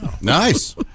Nice